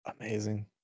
Amazing